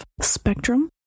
spectrum